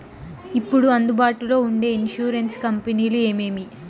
ఇప్పుడు అందుబాటులో ఉండే ఇన్సూరెన్సు కంపెనీలు ఏమేమి?